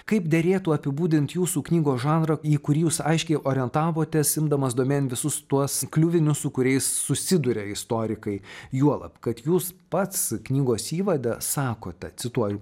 kaip derėtų apibūdint jūsų knygos žanrą į kurį jūs aiškiai orientavotės imdamas domėn visus tuos kliuvinius su kuriais susiduria istorikai juolab kad jūs pats knygos įvade sakote cituoju